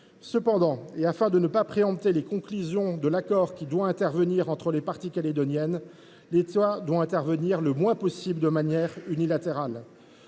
Cependant, afin de ne pas préempter les conclusions de cet accord entre les parties calédoniennes, l’État doit intervenir le moins possible de manière unilatérale.